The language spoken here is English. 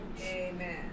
Amen